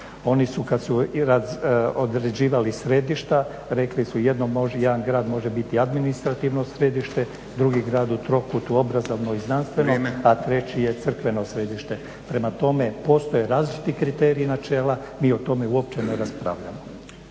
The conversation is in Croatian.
Oni su kad su određivali središta rekli su jedan grad može biti administrativno središte, drugi grad u trokutu obrazovnog i znanstvenog … …/Upadica Stazić: Vrijeme./… … a treći je crkveno središte. Prema tome, postoje različiti kriteriji i načela. Mi o tome uopće ne raspravljamo.